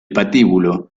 patíbulo